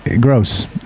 Gross